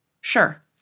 Sure